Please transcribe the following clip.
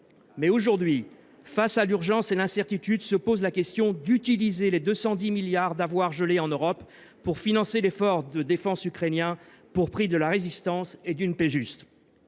Mais aujourd’hui, face à l’urgence et à l’incertitude, se pose la question de l’utilisation des 210 milliards d’euros d’avoirs gelés en Europe pour financer l’effort de défense ukrainien, pour prix de la résistance et d’une paix juste.